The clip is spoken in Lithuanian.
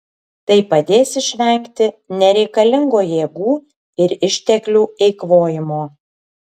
tai padės išvengti nereikalingo jėgų ir išteklių eikvojimo